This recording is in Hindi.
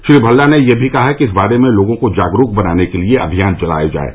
श्री भल्ला ने यह भी कहा है कि इस बारे में लोगों को जागरूक बनाने के लिए अभियान चलाया जाये